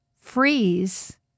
freeze